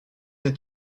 est